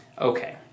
Okay